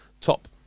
top